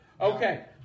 Okay